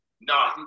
No